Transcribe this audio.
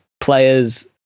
players